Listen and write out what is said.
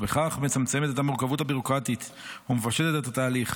ובכך מצמצמת את המורכבות הביורוקרטית ומפשטת את התהליך.